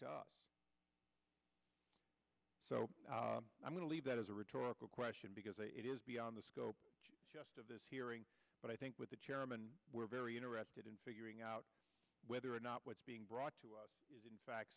to us so i'm going to leave that as a rhetorical question because it is beyond the scope just of this hearing but i think with the chairman we're very interested in figuring out whether or not what's being brought to us is in fact